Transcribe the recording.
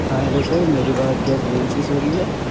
ہاں hello sir میری بات گیس ایجنسی سے ہو رہی ہے